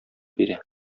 бирә